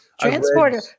transporter